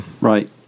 Right